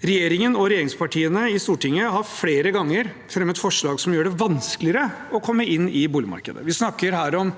Regjeringen og regjeringspartiene i Stortinget har flere ganger fremmet forslag som gjør det vanskeligere å komme inn på boligmarkedet. Vi snakker her om